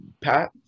Pat